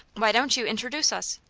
why don't you introduce us?